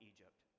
Egypt